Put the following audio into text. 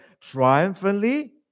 triumphantly